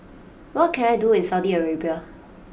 what can I do in Saudi Arabia